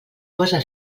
posa